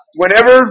whenever